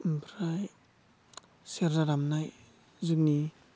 ओमफ्राय सेरजा दामनाय जोंनि